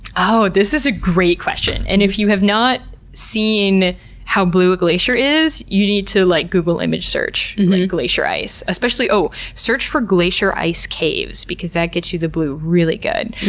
oh, this is a great question. and if you have not seen how blue a glacier is, you need to, like, google image search glacier ice. especially search for glacier ice caves because that gets you the blue really good.